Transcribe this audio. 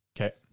Okay